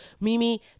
mimi